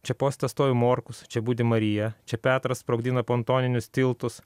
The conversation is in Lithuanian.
čia poste stovi morkus čia būti marija čia petras sprogdina pontoninius tiltus